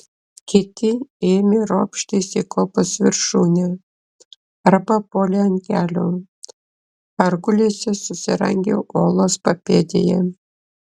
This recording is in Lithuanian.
kiti ėmė ropštis į kopos viršūnę arba puolė ant kelių ar gulėsi susirangę uolos papėdėje